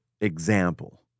example